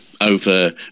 over